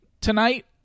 tonight